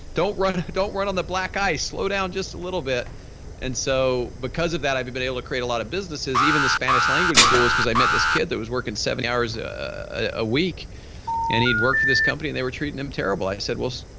don't run don't run on the black ice, slow down just a little bit and so because of that, i've been able to create a lot of businesses. even the spanish language school is because i met this kid that was working seventy hours ah a week and he'd worked for this company and they were treating him terrible. i said, well,